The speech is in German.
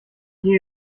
gehe